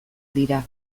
dira